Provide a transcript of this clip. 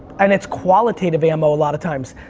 and it's qualitative ammo a lot of times,